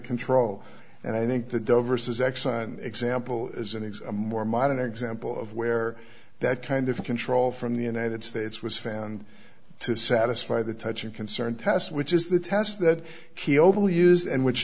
control and i think the diverse is excellent example is and it's more modern example of where that kind of control from the united states was found to satisfy the touching concern test which is the test that he openly use and which